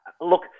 look